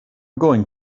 going